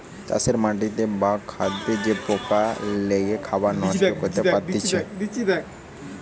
চাষের মাটিতে বা খাদ্যে যে পোকা লেগে খাবার নষ্ট করতে পারতিছে